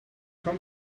come